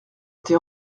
été